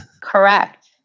Correct